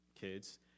kids